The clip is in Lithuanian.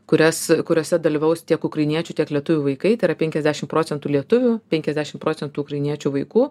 kurias kuriose dalyvaus tiek ukrainiečių tiek lietuvių vaikai tai yra penkiasdešim procentų lietuvių penkiasdešim procentų ukrainiečių vaikų